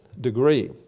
degree